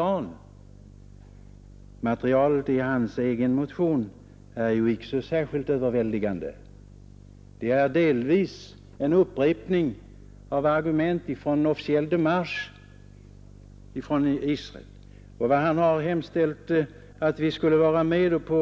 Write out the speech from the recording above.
Jag vill säga att materialet i hans egen motion inte är särskilt överväldigande; det är delvis en upprepning av argument i en officiell demarche från Israel. På